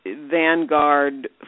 vanguard